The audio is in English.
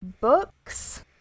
books